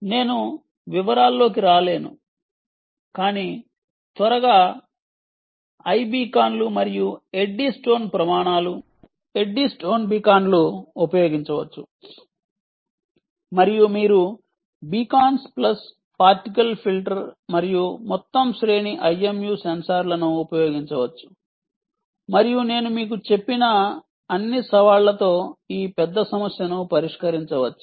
నేను వివరాల్లోకి రాలేను కాని త్వరగా ఐబీకాన్లు మరియు ఎడ్డీస్టోన్ ప్రమాణాలు ఎడ్డీస్టోన్ బీకాన్లు ఉపయోగించవచ్చు మరియు మీరు బీకాన్స్ ప్లస్ పార్టికల్ ఫిల్టర్ మరియు మొత్తం శ్రేణి IMU సెన్సార్లను ఉపయోగించవచ్చు మరియు నేను మీకు చెప్పిన అన్ని సవాళ్ళతో ఈ పెద్ద సమస్యను పరిష్కరించవచ్చు